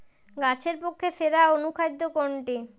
গাছের পক্ষে সেরা অনুখাদ্য কোনটি?